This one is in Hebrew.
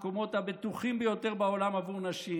הבטוחים ביותר בעולם עבור נשים,